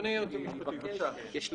אדוני היועץ המשפטי, בבקשה.